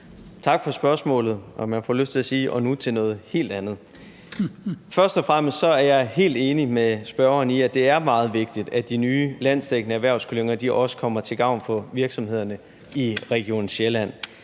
til at sige: Og nu til noget helt andet. Først og fremmest er jeg helt enig med spørgeren i, at det er meget vigtigt, at de nye landsdækkende erhvervsklynger også kommer til at være til gavn for virksomhederne i Region Sjælland,